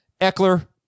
Eckler